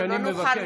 מבקש,